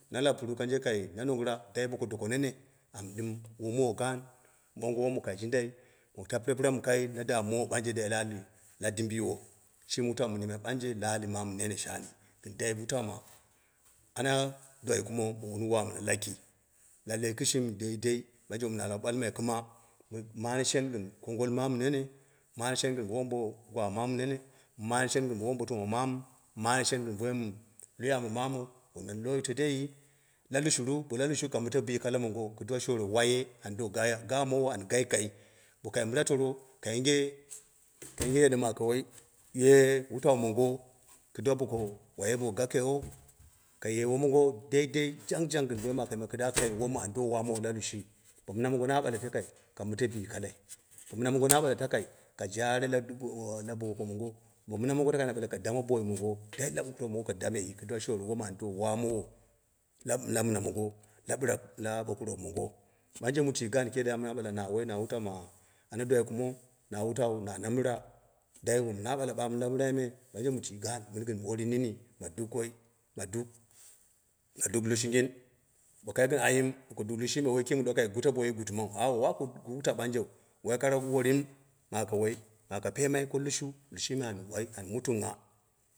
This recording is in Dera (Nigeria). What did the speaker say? Na larpuru kanje kaina nugura dai boko doko nene amu dɨm wu mowo gaan, mɨ ɓongo wom kai jindai bo tapire pirai me ɓangre mɨ na daamowu la dimbiyiwo. Shimi wutau mɨ yimai ɓangje la ali mama shani gɨn dai wutam ana dwai kuma wun lwa muna laki, lallai kishimi daidai, na lau ɓalmai mu mane shen kongol mamu nene, mu mane shen gɨn wom bo gwa mama nene mu mane shen gɨn wombotuma mamu nene, mu mane shen loi ambo mamu nene mɨn loi wuni tondeiyi? La lushuru? Ɓola lushu ka mɨte bi kala mongo kɨduwa shoore wate an do gaamowo an gai kai, bo kai mɨra toro ye wutau mongo kiduwa boko waye bo gakegheu kaye wutau mongo dei jangjang gɨn boim aka jimai kiduwa koyo wom an do wamowo la lushui. Bo mi na mongo bii kalai, bo mɨna mongo na ɓa takai ka jaare bo goko mongo, bo mina mongo na ɓale ka dame boi mongo da la wutau mongo ka dame yi kɨ duwa shore wom an do wamowa lap lap mina mongo, la ɓurak, la ɓukurok monjo, ɓanje mi tui gaan kiim yadde ɓamuna ɓala la wutan ma na dwai kumo na wutau na namɨra dai wom ɓamu na ɓala la mirai me ɓangje mu tui gaan, mɨn gɨn tui gaan min gɨn worin nini ma dup koma dup lushunggin, bo kai gɨn ayim. ɗuko duniya ɓangje woi kii mi ɗuwa ka gute boi gutumau awo waku wutau ɓangeu, ka woi kara worin aka peemai ko lushu shimi an woi a- mutuma.